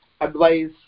advice